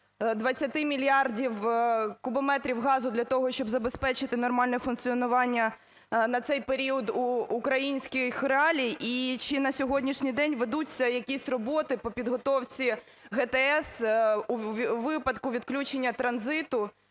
20 мільярдів кубометрів газу для того, щоб забезпечити нормальне функціонування на цей період українських реалій? І чи на сьогоднішній день ведуться якісь роботи по підготовці ГТС у випадку відключення транзиту,